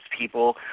people